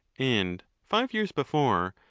and, five years before,